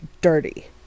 dirty